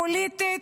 פוליטית,